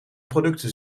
producten